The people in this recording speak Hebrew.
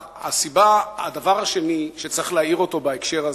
הדבר השני שצריך להעיר בהקשר זה,